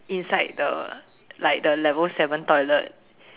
inside the like the level seven toilet